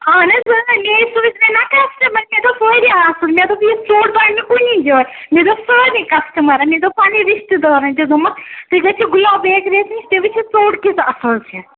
اَہن حظ اۭں میے سوٗز مٔے نا کَسٹمَر مےٚ دوٚپ واریاہ اَصٕل مےٚ دوٚپ یژھ ژوٚٹ بنہِ نہٕ کُنی جاے مےٚ دوٚپ سارنٕے کَسٹَمَرَن مےٚ دوٚپ پَننٮ۪ن رِشتہٕ دارَن تہِ دوٚپمکھ تُہۍ گٔژھِو گُلاب بیکریَس نِش تُہۍ وٕچھِو ژوٚٹ کِژھ اَصٕل چھِ